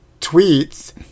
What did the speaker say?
tweets